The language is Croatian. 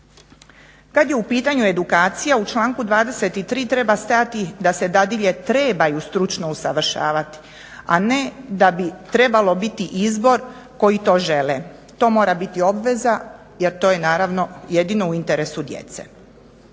Kad je u pitanju edukacija u članku 23. treba stajati da se dadilje trebaju stručno usavršavati, a ne da bi trebalo biti izbor koji to žele, to mora biti obveza jer to je naravno jedino u interesu djece.